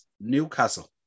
Newcastle